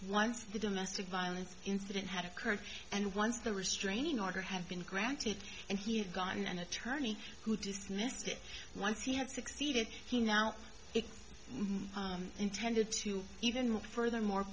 once the domestic violence incident had occurred and once the restraining order had been granted and he had gotten an attorney who dismissed it once he had succeeded he now it's intended to even move furthermore